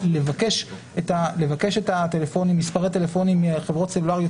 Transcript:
לבקש את מספרי הטלפונים מחברות סלולריות,